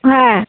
হ্যাঁ